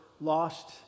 lost